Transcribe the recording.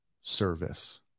service